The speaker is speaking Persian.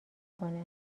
کنه